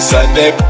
Sunday